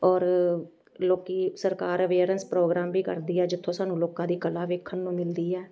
ਔਰ ਲੋਕ ਸਰਕਾਰ ਅਵੇਅਰੈਂਸ ਪ੍ਰੋਗਰਾਮ ਵੀ ਕਰਦੀ ਹੈ ਜਿੱਥੋਂ ਸਾਨੂੰ ਲੋਕਾਂ ਦੀ ਕਲਾ ਵੇਖਣ ਨੂੰ ਮਿਲਦੀ ਹੈ